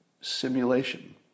simulation